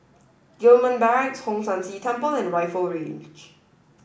Gillman Barracks Hong San See Temple and Rifle Range